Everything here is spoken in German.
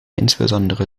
insbesondere